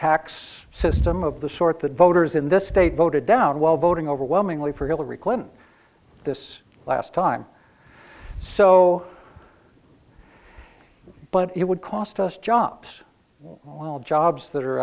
tax system of the sort that voters in this state voted down while voting overwhelmingly for hillary clinton this last time so but it would cost us jobs while jobs that are